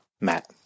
matt